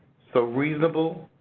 so, reasonable